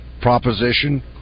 proposition